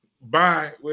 Bye